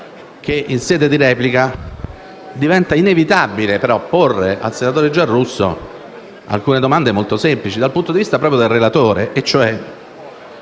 che in sede di replica diventa inevitabile, però, porre al senatore Giarrusso alcune domande molto semplici dal punto di vista proprio del relatore. Non